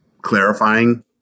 clarifying